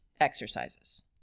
exercises